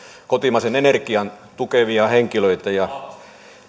kotimaista energiaa tukevia henkilöitä